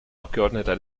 abgeordneter